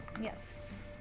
Yes